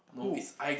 who